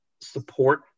support